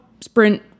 sprint